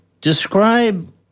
describe